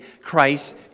Christ